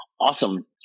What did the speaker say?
Awesome